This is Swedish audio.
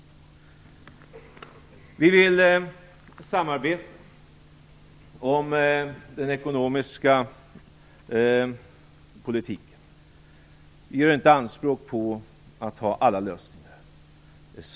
Vi vill samarbeta om den ekonomiska politiken. Vi gör inte anspråk på att ha alla lösningar.